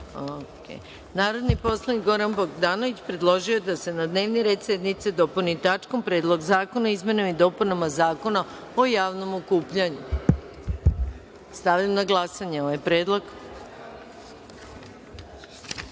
predlog. Narodni poslanik Goran Bogdanović predložio je da se dnevni red sednice dopuni tačkom – Predlog zakona o izmenama i dopunama Zakona o javnom okupljanju. Stavljam na glasanje ovaj